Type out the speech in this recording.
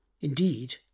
Indeed